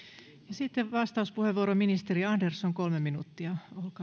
sitten vastauspuheenvuoro ministeri andersson kolme minuuttia